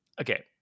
Okay